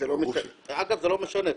לא משנה.